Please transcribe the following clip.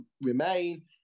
remain